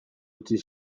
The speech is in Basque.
utzi